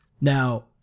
Now